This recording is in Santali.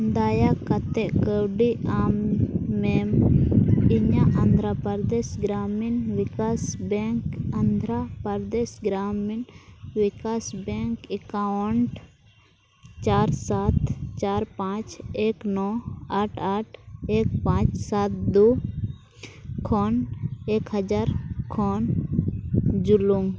ᱫᱟᱭᱟ ᱠᱟᱛᱮᱫ ᱠᱟᱣᱰᱤ ᱮᱢ ᱢᱮ ᱤᱧᱟᱹᱜ Andhra Pradesh Gramin Vikas bank Andhra Pradesh Gramin Vikas bank account ᱪᱟᱨ ᱥᱟᱛ ᱪᱟᱨ ᱯᱟᱸᱪ ᱮᱠ ᱱᱚ ᱟᱴ ᱟᱴ ᱮᱠ ᱯᱟᱸᱪ ᱥᱟᱛ ᱫᱩ ᱠᱷᱚᱱ ᱮᱠ ᱦᱟᱡᱟᱨ ᱠᱷᱚᱱ ᱡᱩᱞᱩᱝ